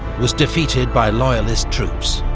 was defeated by loyalist troops,